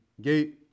Gate